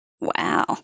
Wow